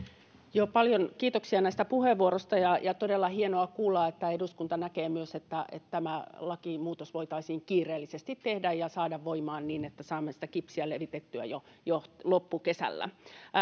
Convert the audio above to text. joo paljon kiitoksia näistä puheenvuoroista todella hienoa kuulla että eduskunta näkee myös että tämä lakimuutos voitaisiin kiireellisesti tehdä ja saada voimaan niin että saamme sitä kipsiä levitettyä jo jo loppukesällä